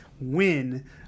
win